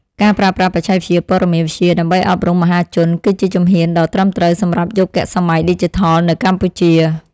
ការប្រើប្រាស់បច្ចេកវិទ្យាព័ត៌មានវិទ្យាដើម្បីអប់រំមហាជន គឺជាជំហានដ៏ត្រឹមត្រូវសម្រាប់យុគសម័យឌីជីថលនៅកម្ពុជា។